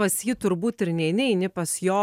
pas jį turbūt ir neini eini pas jo